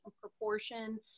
proportion